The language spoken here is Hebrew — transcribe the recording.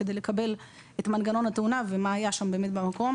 כדי לקבל את מנגנון התאונה ומה היה שם במקום.